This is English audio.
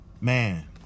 man